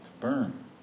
burn